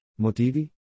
Motivi